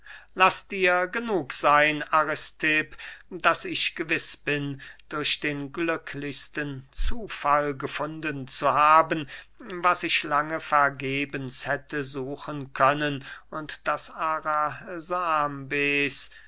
laß dir genug seyn aristipp daß ich gewiß bin durch den glücklichsten zufall gefunden zu haben was ich lange vergebens hätte suchen können und daß